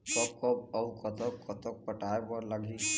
कब कब अऊ कतक कतक पटाए बर लगही